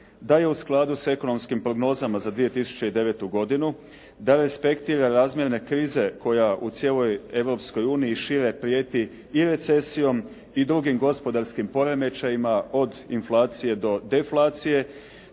da je u skladu s ekonomskim prognozama za 2009. godinu, da respektira razmjerne krize koja u cijeloj Europskoj uniji i šire prijeti i recesijom i drugim gospodarskim poremećajima, od inflacije do deflacije